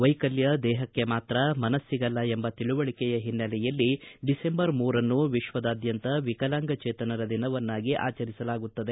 ವೈಕಲ್ಯ ದೇಹಕ್ಕೆ ಮಾತ್ರ ಮನಸ್ಸಿಗಲ್ಲ ಎಂಬ ತಿಳವಳಿಕೆಯ ಹಿನ್ನೆಲೆಯಲ್ಲಿ ಡಿಸೆಂಬರ್ ಮೂರರಂದು ವಿಶ್ವದಾದ್ಯಂತ ವಿಕಲಾಂಗಚೇತನರ ದಿನವನ್ನಾಗಿ ಆಚರಿಸಲಾಗುತ್ತದೆ